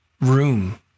room